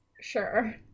sure